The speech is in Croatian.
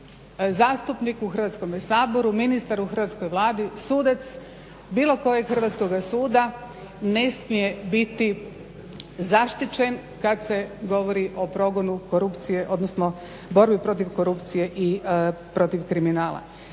zastupnik u Hrvatskome saboru, ministar u hrvatskoj Vladi, sudac bilo kojeg hrvatskog suda ne smije biti zaštićen kada se govori o progonu korupcije odnosno borbi protiv korupcije i protiv kriminala.